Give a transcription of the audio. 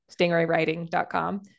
stingraywriting.com